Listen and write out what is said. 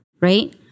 right